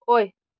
ꯑꯣꯏ